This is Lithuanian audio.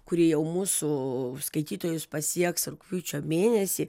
kuri jau mūsų skaitytojus pasieks rugpjūčio mėnesį